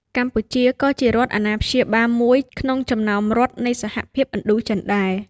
កម្ពុជាក៏ជារដ្ឋអាណាព្យាបាលមួយក្នុងចំណោមរដ្ឋនៃសហភាពឥណ្ឌូចិនដែរ។